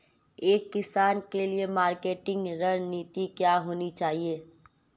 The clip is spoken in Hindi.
एक किसान के लिए मार्केटिंग रणनीति क्या होनी चाहिए?